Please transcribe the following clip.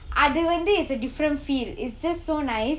அது வந்து:athu vanthu is a different feel it's just so nice